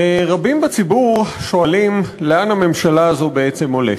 רבים בציבור שואלים לאן הממשלה הזאת בעצם הולכת,